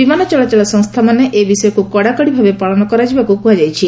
ବିମାନ ଚଳାଚଳ ସଂସ୍ଥାମାନେ ଏ ବିଷୟକୁ କଡ଼ାକଡ଼ି ଭାବେ ପାଳନ କରାଯିବାକୁ କୁହାଯାଇଛି